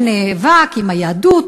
שנאבק עם היהדות,